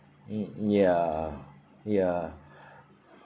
mm ya ya